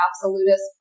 absolutist